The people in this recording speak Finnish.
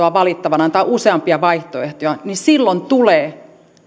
on useampia vaihtoehtoja niin silloin tulee